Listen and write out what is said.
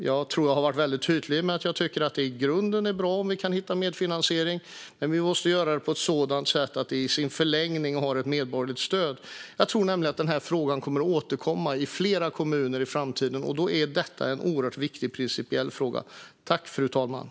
Jag tror att jag har varit tydlig med att jag i grunden tycker att det är bra om vi kan hitta medfinansiering, men vi måste göra det på ett sådant sätt att det i sin förlängning har medborgerligt stöd. Jag tror nämligen att denna fråga kommer att återkomma i flera kommuner i framtiden, och då är detta ett principiellt väldigt viktigt ärende.